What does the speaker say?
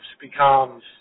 becomes